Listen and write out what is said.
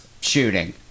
shooting